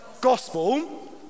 gospel